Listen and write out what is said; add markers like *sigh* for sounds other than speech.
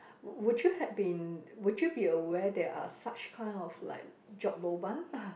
would you have been would you be aware there are such kind of like job lobang *laughs*